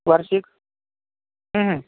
वार्षिक हं हं